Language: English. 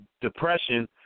depression